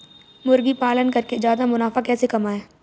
मुर्गी पालन करके ज्यादा मुनाफा कैसे कमाएँ?